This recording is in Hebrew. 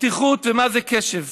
פתיחות ומה זה קשב.